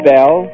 Bell